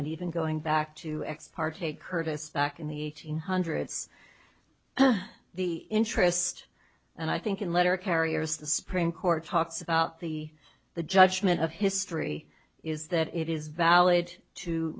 and even going back to ex parte curtis back in the eighteen hundreds the interest and i think in letter carriers the supreme court talks about the the judgment of history is that it is valid to